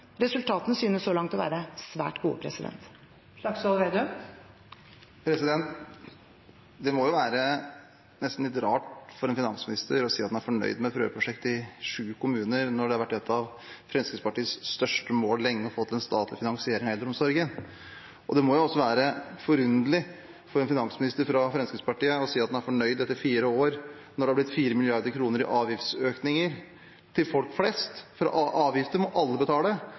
Resultatene synes så langt å være svært gode. Det må nesten være litt rart for en finansminister å si at man er fornøyd med prøveprosjekt i sju kommuner når det lenge har vært et av Fremskrittspartiets største mål å få til en statlig finansiering av eldreomsorgen. Det må også være rart for en finansminister fra Fremskrittspartiet å si at man er fornøyd etter fire år når det har blitt 4 mrd. kr i avgiftsøkninger for folk flest – for avgifter må alle betale